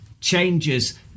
changes